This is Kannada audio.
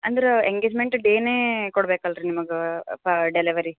ಅಂದ್ರೆ ಎಂಗೇಜ್ಮೆಂಟ್ ಡೇನೇ ಕೊಡಬೇಕಲ್ರಿ ನಿಮಗೆ ಪಾ ಡೆಲಿವರಿ